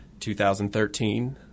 2013